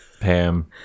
Pam